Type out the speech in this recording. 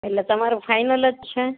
એટલે તમારું ફાઇનલ જ છે